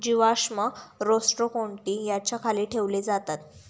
जीवाश्म रोस्ट्रोकोन्टि याच्या खाली ठेवले जातात